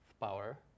power